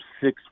six